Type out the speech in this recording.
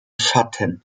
schatten